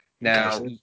Now